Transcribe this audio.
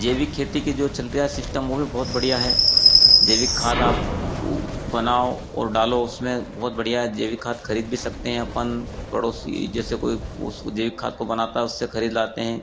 जैविक खेती की जो चल रहा सिस्टम वो भी बहुत बढ़िया है जैविक खाद आप बनाओ ओर डालो उसमें बहुत बढ़िया जैविक खाद खरीद भी सकते अपन पड़ोसी जैसे कोई जैविक खाद को बनाता है उससे खरीद लाते हैं